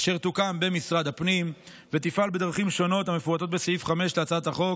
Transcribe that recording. אשר תוקם במשרד הפנים ותפעל בדרכים שונות המפורטות בסעיף 5 להצעת החוק: